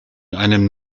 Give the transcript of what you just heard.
einem